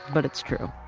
but it's true.